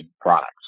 products